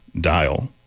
dial